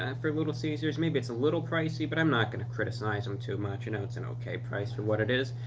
ah for little caesars. maybe it's a little pricey, but i'm not gonna criticize them too much. you know, it's an okay price for what it is.